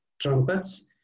trumpets